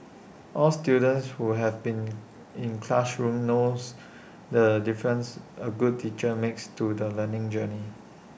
all students who have been in classrooms knows the difference A good teacher makes to the learning journey